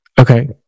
okay